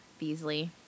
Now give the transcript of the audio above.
Beasley